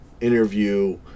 interview